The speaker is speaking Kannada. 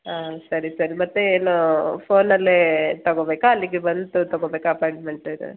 ಹಾಂ ಸರಿ ಸರ್ ಮತ್ತು ಏನು ಫೋನಲ್ಲೇ ತಗೊಬೇಕಾ ಅಲ್ಲಿಗೆ ಬಂದು ತಗೊಬೇಕಾ ಅಪಾಯಿಂಟ್ಮೆಂಟ್ ಇದು